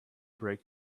break